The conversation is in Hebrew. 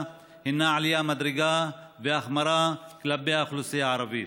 הן עליית מדרגה והחמרה כלפי האוכלוסייה הערבית.